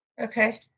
okay